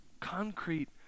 concrete